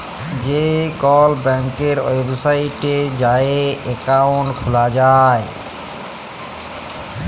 যে কল ব্যাংকের ওয়েবসাইটে যাঁয়ে একাউল্ট খুলা যায়